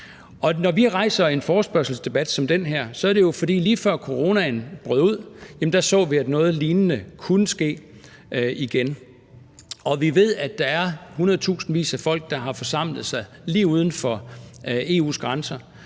Når vi rejser en forespørgselsdebat som den her, er det jo, fordi vi, lige før coronaen brød ud, så, at noget lignende kunne ske igen. Vi ved, at der er hundredtusindvis af folk, der har forsamlet sig lige uden for EU's grænser,